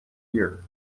year